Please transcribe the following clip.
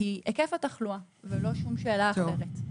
היא היקף התחלואה ולא שום שאלה אחרת.